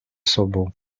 sobą